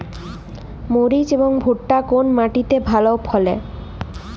মরিচ এবং ভুট্টা কোন মাটি তে ভালো ফলে?